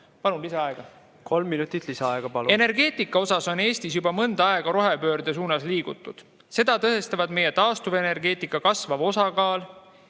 Palun lisaaega. Kolm minutit lisaaega, palun! Energeetikas on Eestis juba mõnda aega rohepöörde suunas liigutud. Seda tõestavad meie taastuvenergeetika kasvav osakaal,